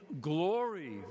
glory